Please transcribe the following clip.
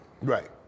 Right